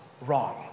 wrong